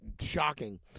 shocking